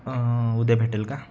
उद्या भेटेल का